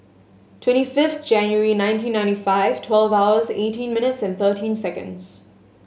twenty fifth January nineteen ninety five twelve hours eighteen minutes and thirteen seconds